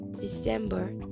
December